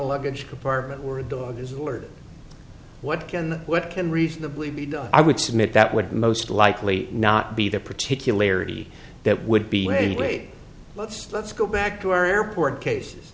luggage compartment were a dog is alerted what can what can reasonably be done i would submit that would most likely not be the particulary that would be in any way let's let's go back to our airport cases